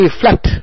flat